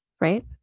Right